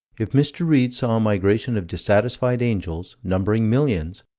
if mr. read saw a migration of dissatisfied angels, numbering millions,